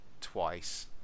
twice